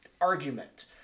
argument